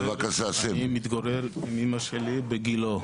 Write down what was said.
אני מתגורר עם אמא שלי בשילה,